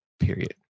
period